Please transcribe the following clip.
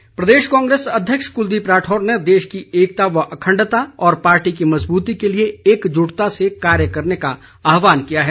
राठौर प्रदेश कांग्रेस अध्यक्ष कुलदीप राठौर ने देश की एकता व अखंडता और पार्टी की मजबूती के लिए एकजुटता से कार्य करने का आहवान किया है